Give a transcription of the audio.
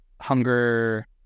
hunger